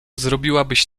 zrobiłabyś